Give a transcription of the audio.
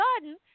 garden